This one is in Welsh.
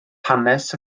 hanes